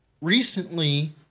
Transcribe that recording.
recently